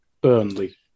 Burnley